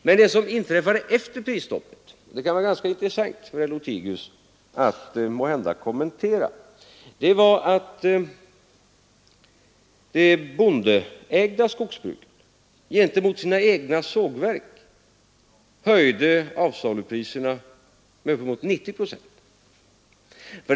Men det som inträffade efter prisstoppet — och som måhända kan vara ganska intressant för herr Lothigius att kommentera — var att det bondeägda skogsbruket gentemot sina egna sågverk höjde avsalupriserna med uppemot 90 procent.